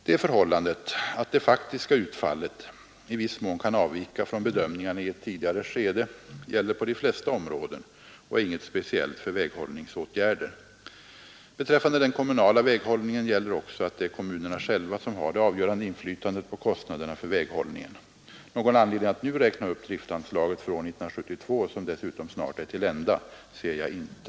Det förhållandet att det faktiska utfallet i viss mån kan avvika från bedömningarna i ett tidigare skede gäller på de flesta områden och är inget speciellt för väghållningsåtgärder. Beträffande den kommunala väghållningen gäller också att det är kommunerna själva som har det avgörande inflytandet på kostnaderna för väghållningen. Någon anledning att nu räkna upp driftanslaget för år 1972, som dessutom snart är till ända, ser jag inte.